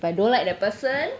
!walao! eh